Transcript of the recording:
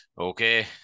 Okay